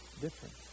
different